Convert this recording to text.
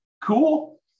Cool